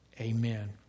Amen